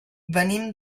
venim